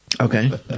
Okay